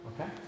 Okay